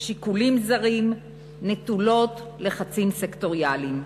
שיקולים זרים, נטולות לחצים סקטוריאליים.